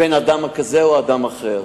בין אדם כזה לאחר.